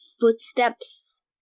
Footsteps